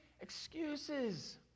excuses